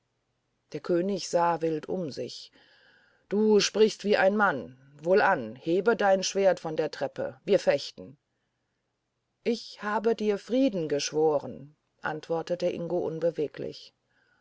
der könig sah wild um sich du sprichst als ein mann wohlan hebe dein schwert von der treppe wir fechten ich habe dir friede geschworen antwortete ingo unbeweglich